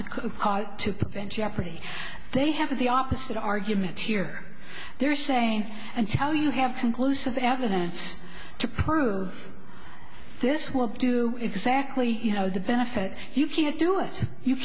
to to prevent jeopardy they have the opposite argument here they're saying and tell you have conclusive evidence to prove this will do exactly you know the benefit you can't do it you